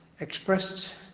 expressed